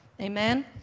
Amen